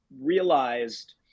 realized